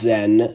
Zen